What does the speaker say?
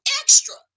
extra